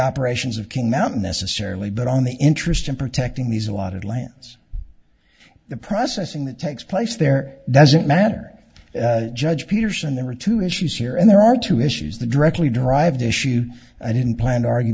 operations of king mountain necessarily but on the interest in protecting these a lot of lands the processing that takes place there doesn't matter judge peterson there are two issues here and there are two issues the directly derived issue i didn't plan to argue